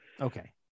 Okay